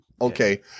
okay